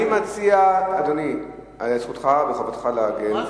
אני מציע, אדוני, זכותך וחובתך להגן.